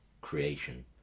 creation